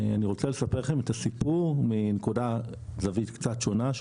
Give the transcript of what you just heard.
אני רוצה לספר לכם את הסיפור מזווית קצת שונה.